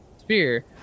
Spear